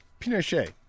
Pinochet